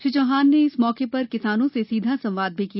श्री चौहान ने इस मौके पर किसानों से सीधा संवाद भी किया